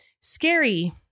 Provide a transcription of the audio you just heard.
scary